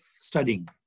studying